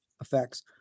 effects